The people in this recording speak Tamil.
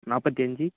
நாற்பத்தி அஞ்சு